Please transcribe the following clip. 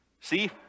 See